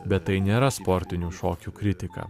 bet tai nėra sportinių šokių kritika